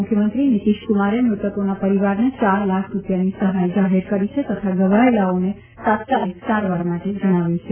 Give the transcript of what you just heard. મુખ્યમંત્રી નીતીશકુમારે મૃતકોના પરીવારને ચાર લાખ રૂપિયાની સહાય જાહેર કરી છે તથા ઘવાયેલાઓને તાત્કાલિક સારવાર માટે જણાવ્યું છે